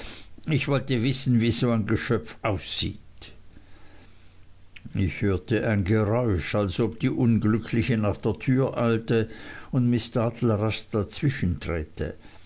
ich wollte wissen wie so ein geschöpf aussieht ich hörte ein geräusch als ob die unglückliche nach der tür eilte und miß dartle rasch dazwischen träte